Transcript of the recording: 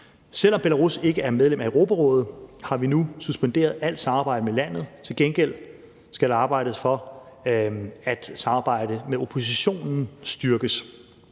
Selv om Belarus ikke er medlem af Europarådet, har vi nu suspenderet alt samarbejde med landet. Til gengæld skal der arbejdes for, at samarbejdet med oppositionen styrkes.